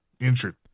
injured